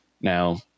Now